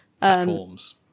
Platforms